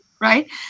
right